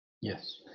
Yes